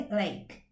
lake